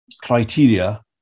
criteria